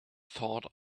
thought